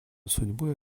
судьбу